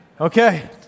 Okay